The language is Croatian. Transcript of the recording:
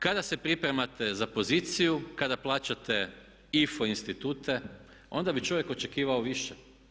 Kada se pripremate za poziciju, kada plaćate IFO institute onda bi čovjek očekivao više.